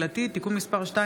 נתקבלה.